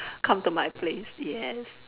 come to my place yes